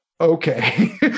okay